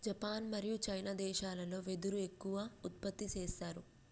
Japan మరియు China దేశాలల్లో వెదురు ఎక్కువ ఉత్పత్తి చేస్తారు